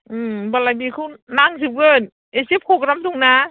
होमब्लालाय बेखौ नांजोबगोन एसे प्रग्राम दंना